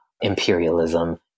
imperialism